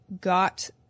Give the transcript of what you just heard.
got